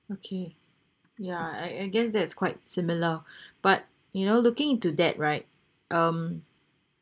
okay yeah I I guess that is quite similar but you know looking into that right um